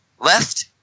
left